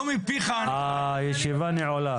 לא מפיך --- הישיבה נעולה.